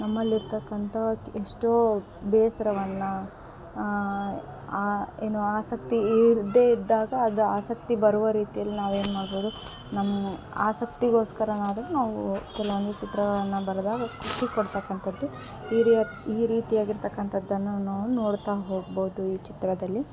ನಮ್ಮಲಿರ್ತಕ್ಕಂಥ ಎಷ್ಟೋ ಬೇಸ್ರವನ್ನು ಏನು ಆಸಕ್ತಿ ಇರದೇ ಇದ್ದಾಗ ಅದು ಆಸಕ್ತಿ ಬರುವ ರೀತಿಯಲ್ಲಿ ನಾವು ಏನು ಮಾಡ್ಬೋದು ನಮ್ಮ ಆಸಕ್ತಿಗೋಸ್ಕರನಾದರು ನಾವು ಕೆಲವೊಂದು ಚಿತ್ರಗಳನ್ನು ಬರೆದಾಗ ಖುಷಿ ಕೊಡ್ತಕ್ಕಂಥದ್ದು ಈ ರೀ ಈ ರೀತಿಯಾಗಿ ಇರ್ತಕ್ಕಂಥದ್ದನ್ನು ನಾವು ನೋಡ್ತಾ ಹೋಗ್ಬೋದು ಈ ಚಿತ್ರದಲ್ಲಿ